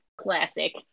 classic